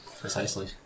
Precisely